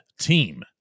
team